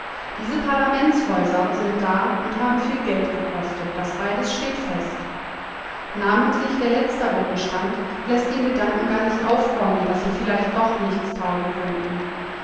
diese parlamentshäuser sind da und haben viel geld gekostet das beides steht fest namentlich der letztere umstand läßt den gedanken gar nicht aufkommen daß sie vielleicht doch nichts taugen könnten